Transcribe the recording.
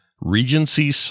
Regency